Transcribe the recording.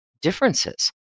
differences